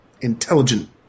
intelligent